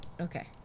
Okay